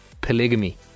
Polygamy